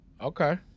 Okay